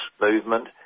movement